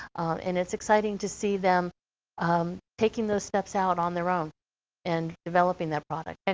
and it's exciting to see them um taking those steps out on their own and developing that product. and